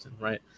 right